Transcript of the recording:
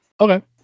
okay